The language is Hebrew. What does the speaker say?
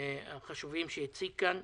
החשובים שהוא הציג פה.